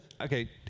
Okay